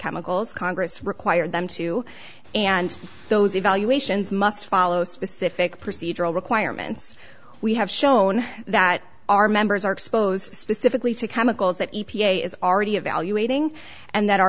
chemicals congress require them to and those evaluations must follow specific procedural requirements we have shown that our members are exposed specifically to chemicals that e p a is already evaluating and that